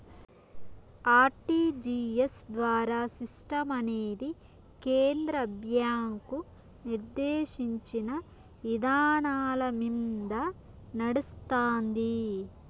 RTGS ద్వారా సిస్టమనేది కేంద్ర బ్యాంకు నిర్దేశించిన ఇదానాలమింద నడస్తాంది